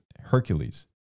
Hercules